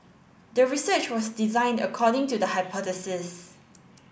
the research was designed according to the hypothesis